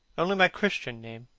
only my christian name,